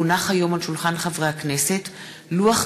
כי הונח היום על שולחן הכנסת לוח